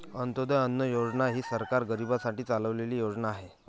अंत्योदय अन्न योजना ही सरकार गरीबांसाठी चालवलेली योजना आहे